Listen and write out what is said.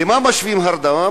למה משווים הרדמה?